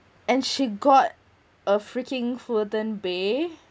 and she got a freaking fullerton bay